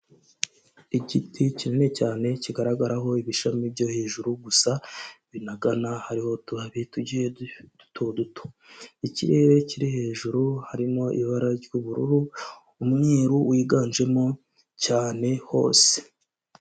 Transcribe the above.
Igiti kinini cyane kigaragaraho ibishami byo hejuru gusa binagana hariho utubabi tugiye duto duto, ikirere kiri hejuru harimo ibara ry'ubururu, umweru wiganjemo cyane hose.